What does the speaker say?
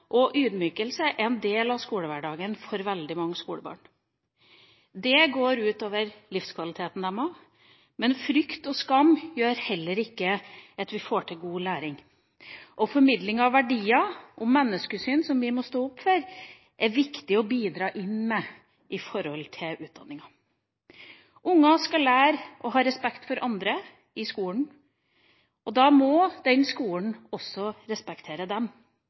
og ydmykelse er en del av skolehverdagen for veldig mange skolebarn. Det går ut over livskvaliteten deres. Frykt og skam gjør heller ikke at vi får til god læring. Formidling av verdier og menneskesyn som vi må stå opp for, er det viktig å bidra med inn i utdanninga. Unger skal lære å ha respekt for andre i skolen, og da må skolen også respektere dem.